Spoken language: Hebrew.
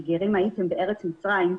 כי גרים הייתם בארץ מצרים",